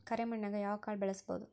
ಕರೆ ಮಣ್ಣನ್ಯಾಗ್ ಯಾವ ಕಾಳ ಬೆಳ್ಸಬೋದು?